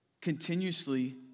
Continuously